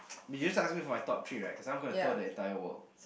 you just ask me for my top three right because I'm gonna tour the entire world